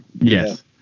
Yes